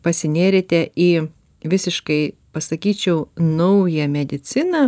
pasinėrėte į visiškai pasakyčiau naują mediciną